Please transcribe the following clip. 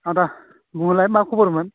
आदा बुंहरलाय मा खबरमोन